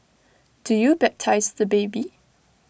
do you baptise the baby